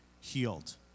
healed